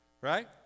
Right